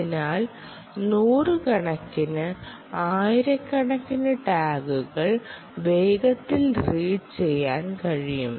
അതിനാൽ നൂറുകണക്കിന് ആയിരക്കണക്കിന് ടാഗുകൾ വേഗത്തിൽ റീഡ് ചെയ്യാൻ കഴിയും